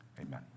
Amen